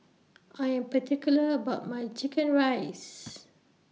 I Am particular about My Chicken Rice